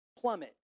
plummet